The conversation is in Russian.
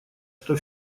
что